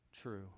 true